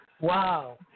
Wow